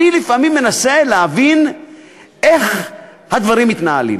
לפעמים אני מנסה להבין איך הדברים מתנהלים,